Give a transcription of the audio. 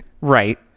Right